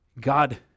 God